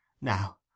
Now